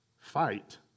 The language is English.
fight